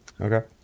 Okay